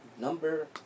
number